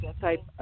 type